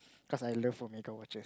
cause I love omega Orchard